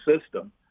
system